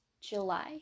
July